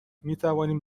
میتوانیم